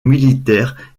militaires